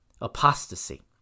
apostasy